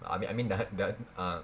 I mean I mean dah dah ah